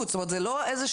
לא,